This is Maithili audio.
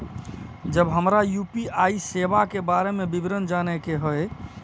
जब हमरा यू.पी.आई सेवा के बारे में विवरण जाने के हाय?